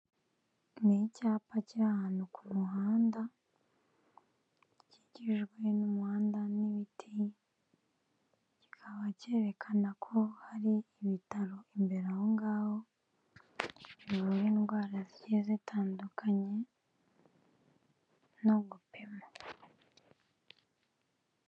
Ni icyapa kiri ahantu ku muhanda, gikikijwe n'umuhanda n'ibiti, kikaba cyerekana ko hari ibitaro imbere aho ngaho, bivura indwara zigiye zitandukanye no gupima.